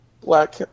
Black